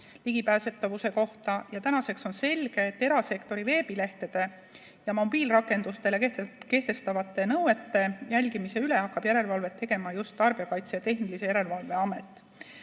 ligipääsetavuse kohta ja tänaseks on selge, et erasektori veebilehtede ja mobiilirakendustele kehtestatavate nõuete järgimise üle hakkab järelevalvet tegema Tarbijakaitse ja Tehnilise Järelevalve Amet.